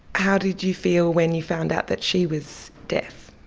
how did you feel when you found out that she was deaf?